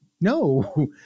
no